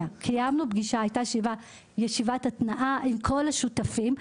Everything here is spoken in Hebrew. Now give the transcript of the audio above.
קיימנו פגישה, עשינו ישיבת התנעה עם כל השותפים.